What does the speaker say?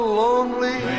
lonely